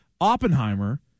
oppenheimer